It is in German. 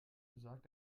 besagt